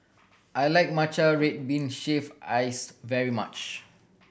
I like matcha red bean shaved ice very much